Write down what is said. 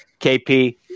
KP